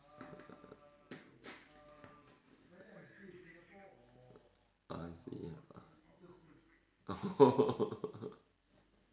I see oh